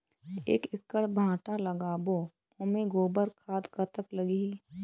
एक एकड़ भांटा लगाबो ओमे गोबर खाद कतक लगही?